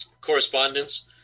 correspondence